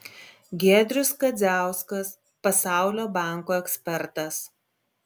giedrius kadziauskas pasaulio banko ekspertas